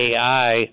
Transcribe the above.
AI